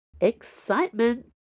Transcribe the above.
Excitement